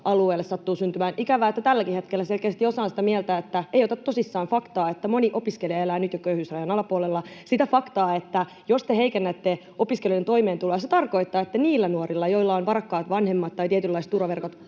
alueelle sattuu syntymään. Ikävää, että tälläkin hetkellä selkeästi osa on sitä mieltä, että ei ota tosissaan sitä faktaa, että moni opiskelija elää jo nyt köyhyysrajan alapuolella, sitä faktaa, että jos te heikennätte opiskelijoiden toimeentuloa, se tarkoittaa, että niillä nuorilla, joilla on varakkaat vanhemmat tai tietynlaiset turvaverkot,